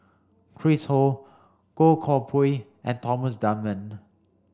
Chris Ho Goh Koh Pui and Thomas Dunman